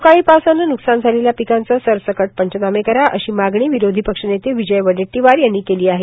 अवकाळी पावसानं न्कसान झालेल्या पिकांचे सरसकट पंचनामे करा अशी मागणी विरोधी पक्षनेते विजय वडेट्टीवार यांनी केली आहे